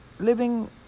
living